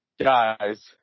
guys